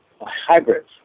hybrids